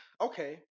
Okay